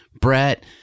Brett